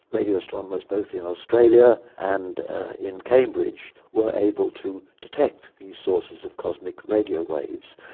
radio astronomers both in australia and in cambridge were able to detect these sources of cosmic radio waves.